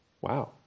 Wow